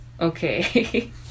Okay